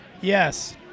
Yes